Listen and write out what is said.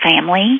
family